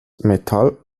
metall